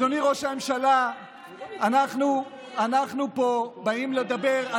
אתם רימיתם, על מה אתה מדבר.